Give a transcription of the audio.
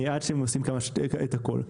עד שעושים את הכל.